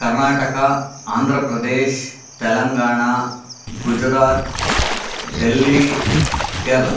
Karnataka Andhra Pradesh Telangana Gujarat Delhi Kerala